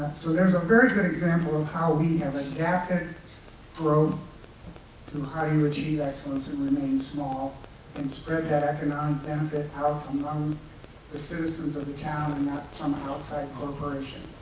so there's a very good example of how we have adapted growth to how do you achieve excellence and remain small and spread that economic benefit out among the citizens of the town and not some outside corporation.